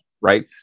right